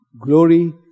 Glory